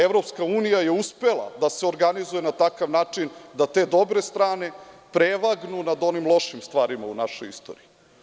EU je uspela da se organizuje na takav način da te dobre strane prevagnu nad onim lošim stvarima u našoj istoriji.